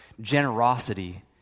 generosity